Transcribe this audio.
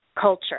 culture